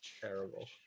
terrible